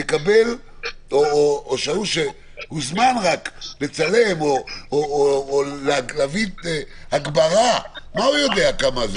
או שהוא שהוזמן רק לצלם או להביא הגברה מה הוא יודע כמה?